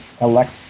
elect